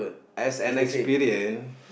as an experience